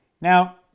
Now